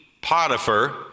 Potiphar